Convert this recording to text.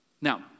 Now